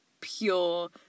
pure